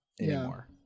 anymore